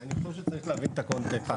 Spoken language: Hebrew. אני חושב שצריך להבין את הקונטקסט.